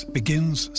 begins